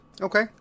Okay